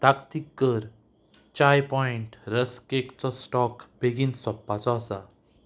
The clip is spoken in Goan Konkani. ताकतीक कर चाय पॉयंट रस केकचो स्टॉक बेगीन सोंपपाचो आसा